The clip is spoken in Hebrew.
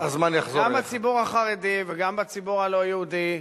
גם בציבור החרדי וגם בציבור הלא-יהודי,